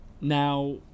now